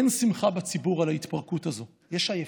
אין שמחה בציבור על ההתפרקות הזו, יש עייפות.